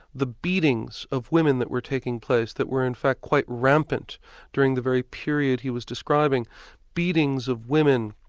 the beatings of women that were taking place, that were in fact quite rampant during the very period he was describing beatings of women,